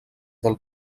del